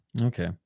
Okay